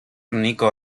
nico